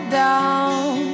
down